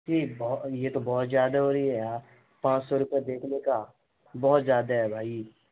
جی بہت یہ تو بہت زیادہ ہو رہی ہے یار پانچ سو رپیہ دیکھنے کا بہت زیادہ ہے بھائی